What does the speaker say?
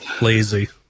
lazy